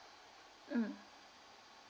mm